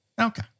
Okay